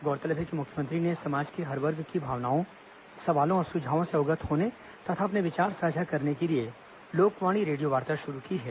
गोरतलब है कि मुख्यमंत्री ने समाज के हर वर्ग की भावनाओं सवालों और सुझावों से अवगत होने तथा अपने विचार साझा करने के लिए लोकवाणी रेडियोवार्ता शुरू की है